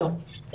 טוב,